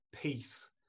Peace